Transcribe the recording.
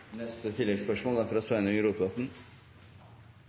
neste hovedspørsmål, som er fra